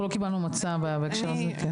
אנחנו לא קיבלנו מצע בהקשר הזה.